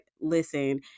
listen